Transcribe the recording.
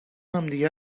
همدیگه